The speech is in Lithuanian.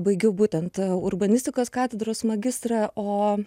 baigiau būtent urbanistikos katedros magistrą o